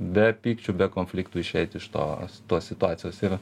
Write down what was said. be pykčių be konfliktų išeiti iš tos tos situacijos ir